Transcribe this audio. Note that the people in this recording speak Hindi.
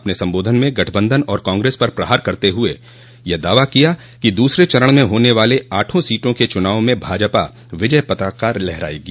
अपने सम्बोधन में गठबंधन और काग्रेस पर प्रहार करते हुए श्री योगी ने दावा किया कि दूसरे चरण में होने वाले आठों सीटों के चुनाव में भाजपा विजय पताका लहरायेगी